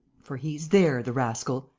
for he's there, the rascal!